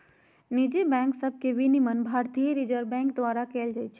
निजी बैंक सभके विनियमन भारतीय रिजर्व बैंक द्वारा कएल जाइ छइ